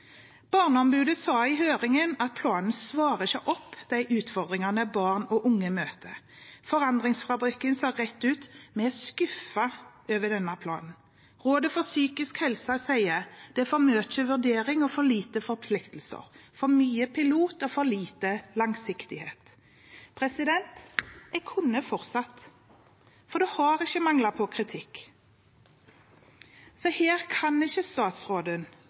Barneombudet sa i høringen at planen ikke svarer på de utfordringene barn og unge møter. Forandringsfabrikken sa rett ut at de er skuffet over denne planen. Rådet for psykisk helse sier at det er for mye vurdering og for lite forpliktelser – for mye pilot og for lite langsiktighet. Jeg kunne ha fortsatt, for det har ikke manglet på kritikk. Her kan ikke statsråden